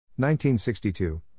1962